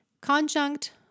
Conjunct